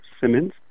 Simmons